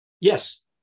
Yes